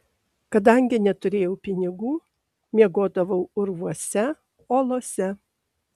kadangi neturėjau pinigų miegodavau urvuose olose